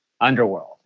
underworld